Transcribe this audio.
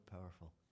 powerful